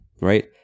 Right